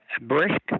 brisk